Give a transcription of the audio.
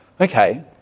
okay